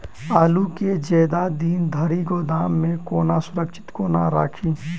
आलु केँ जियादा दिन धरि गोदाम मे कोना सुरक्षित कोना राखि?